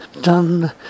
done